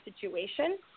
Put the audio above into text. situation